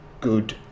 good